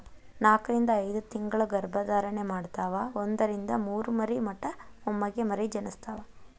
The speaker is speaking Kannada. ನಾಕರಿಂದ ಐದತಿಂಗಳ ಗರ್ಭ ಧಾರಣೆ ಮಾಡತಾವ ಒಂದರಿಂದ ಮೂರ ಮರಿ ಮಟಾ ಒಮ್ಮೆಗೆ ಮರಿ ಜನಸ್ತಾವ